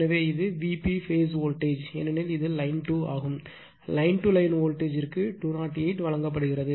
எனவே இது VP phase voltage ஏனெனில் இது லைன் 2 ஆகும் லைன் to லைன் வோல்டேஜ் ற்கு 208 வழங்கப்படுகிறது